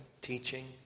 teaching